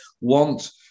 want